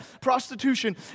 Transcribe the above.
prostitution